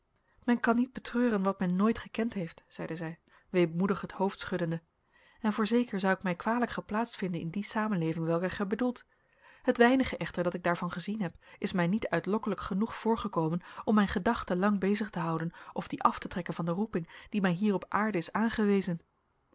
men kan niet betreuren wat men nooit gekend heeft zeide zij weemoedig het hoofd schuddende en voorzeker zou ik mij kwalijk geplaatst vinden in die samenleving welke gij bedoelt het weinige echter dat ik daarvan gezien heb is mij niet uitlokkelijk genoeg voorgekomen om mijn gedachten lang bezig te houden of die af te trekken van de roeping die mij hier op aarde is aangewezen